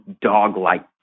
dog-like